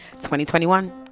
2021